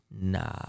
Nah